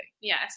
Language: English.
Yes